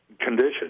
condition